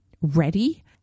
ready